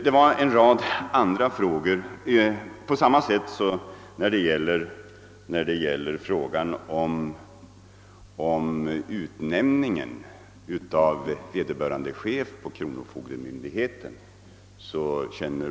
Detsamma gäller frågan om utnämningen av vederbörande chef inom kronofogdemyndigheten.